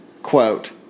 quote